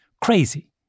Crazy